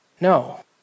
No